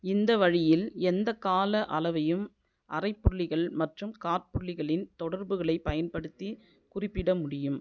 இந்த வழியில் எந்த கால அளவையும் அரைப்புள்ளிகள் மற்றும் காற்புள்ளிகளின் தொடர்புகளைப் பயன்படுத்தி குறிப்பிட முடியும்